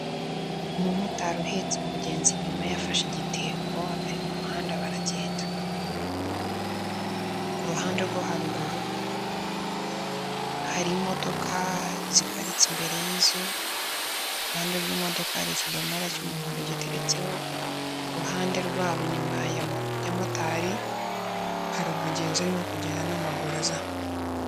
Umumotari uhetse umugenzi inyuma ye ayafashe igitebo bari mu muhanda baragenda. Kuruhande rwo haruguru, hari imodoka ziparitse imbere y'inzu, iruhande rw'imodoka hari ikidomora cy'umuhondo giteretseho, iruhande rwabo inyuma ya motari hari umugenzi arimo kugenda n'amaguru azamuka.